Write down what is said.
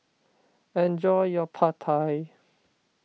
enjoy your Pad Thai